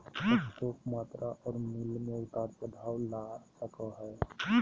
stock मात्रा और मूल्य में उतार चढ़ाव ला सको हइ